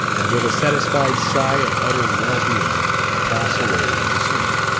and with a satisfied sigh of utter well-being pass away into sleep.